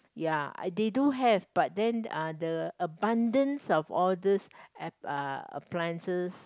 ya they do have but then uh the abundance of all these uh appliances